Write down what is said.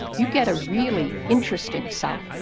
you get a really interesting salad